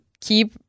keep